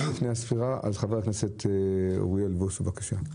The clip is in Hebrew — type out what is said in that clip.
חבר הכנסת אוריאל בוסו, בבקשה.